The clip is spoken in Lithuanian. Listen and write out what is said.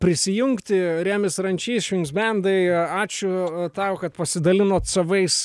prisijungti remis rančys švinks bendai ačiū tau kad pasidalinot savais